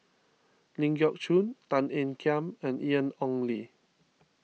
Ling Geok Choon Tan Ean Kiam and Ian Ong Li